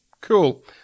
Cool